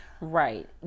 Right